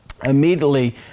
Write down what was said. Immediately